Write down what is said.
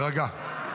להירגע.